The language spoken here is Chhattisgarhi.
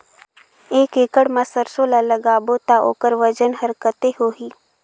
एक एकड़ मा सरसो ला लगाबो ता ओकर वजन हर कते होही?